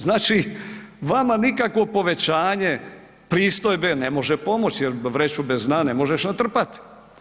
Znači, vama nikakvo povećanje pristojbe ne može pomoći jer vreću bez dna ne možeš natrpati.